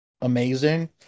amazing